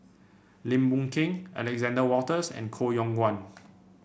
Lim Boon Keng Alexander Wolters and Koh Yong Guan